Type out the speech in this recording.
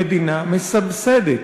המדינה מסבסדת.